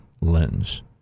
lens